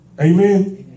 Amen